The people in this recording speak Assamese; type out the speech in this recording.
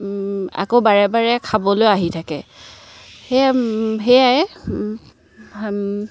আকৌ বাৰে বাৰে খাবলৈ আহি থাকে সেয়াই